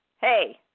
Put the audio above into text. hey